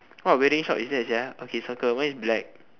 what wedding shop is that sia okay circle mine is black